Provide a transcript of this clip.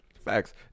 Facts